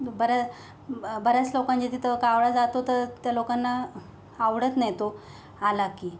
बऱ्या बऱ्याच लोकांच्या तिथं कावळा जातो तर त्या लोकांना आवडत नाही तो आला की